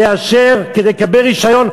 לאשר כדי לקבל רישיון,